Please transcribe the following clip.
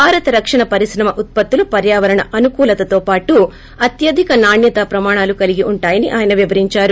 భారత రక్షణ పరిక్రమ ఉత్పత్తులు పర్యావరణ అనుకూలతో పాటు అత్యధిక నాణ్యతా ప్రమాణాలు కలిగి ఉంటాయని ఆయన వివరించారు